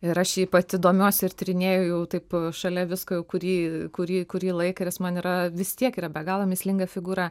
ir aš šiaip pati domiuosi ir tyrinėju jau taip šalia visko jau kurį kurį kurį laiką ir jis man yra vis tiek yra be galo mįslinga figūra